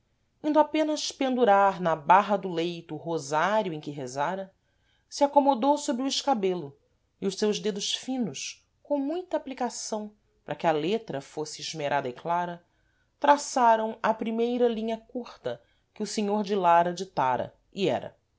indo apenas pendurar na barra do leito o rosário em que rezara se acomodou sôbre o escabelo e os seus dedos finos com muita aplicação para que a letra fôsse esmerada e clara traçaram a primeira linha curta que o senhor de lara ditara e era